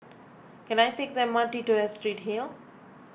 can I take the M R T to Astrid Hill